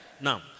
Now